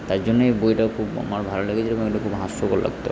তাই জন্যে এই বইটার খুব আমার ভালো লেগেছিলো এবং এটা খুব হাস্যকর লাগতো